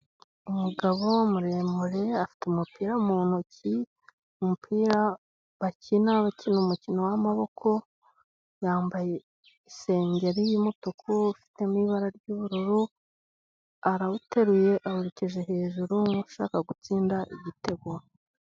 Umugabo muremure afite umupira mu ntoki, umupira bakina umukino w'amaboko, yambaye isengeri y'umutuku ufitemo ibara ry'ubururu, arawuteruye awerekeje hejuru nk'ushaka gutsinda igitego.